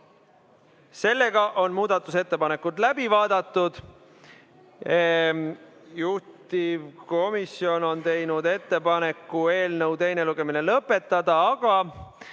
arvestanud. Muudatusettepanekud on läbi vaadatud. Juhtivkomisjon on teinud ettepaneku eelnõu teine lugemine lõpetada, aga